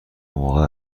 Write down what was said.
موقع